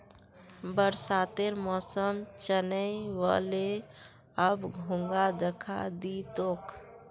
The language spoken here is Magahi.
बरसातेर मौसम चनइ व ले, अब घोंघा दखा दी तोक